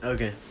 Okay